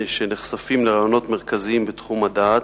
שנחשפים לרעיונות מרכזיים בתחום הדעת,